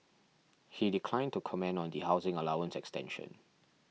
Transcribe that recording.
he declined to comment on the housing allowance extension